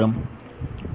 પ્રથમ ક્રમ